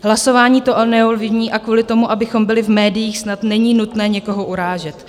Hlasování to neovlivní a kvůli tomu, abychom byli v médiích, snad není nutné někoho urážet.